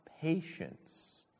patience